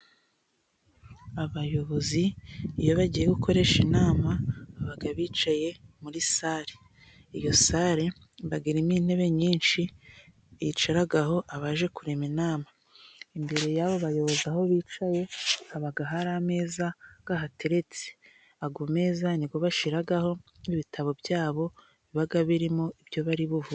Abayobozi iyo bagiye gukoresha inama baba bicaye muri sale, iyo sale iba irimo intebe nyinshi bicaraho abaje kurema inama. Imbere yabo bayobozi aho bicaye haba hari ameza ahateretse, ayo meza niyo bashyiraho ibitabo byabo biba birimo ibyo bari buvuge.